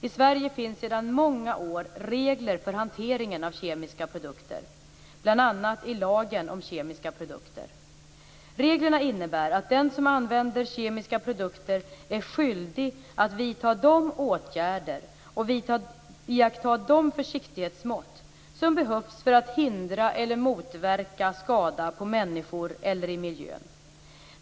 I Sverige finns sedan många år regler för hanteringen av kemiska produkter, bl.a. i lagen om kemiska produkter. Reglerna innebär att den som använder kemiska produkter är skyldig att vidta de åtgärder och iaktta de försiktighetsmått som behövs för att hindra eller motverka skada på människor eller i miljön.